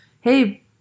hey